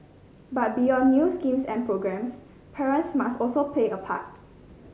but beyond new schemes and programmes parents must also play a part